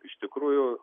iš tikrųjų